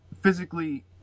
physically